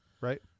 right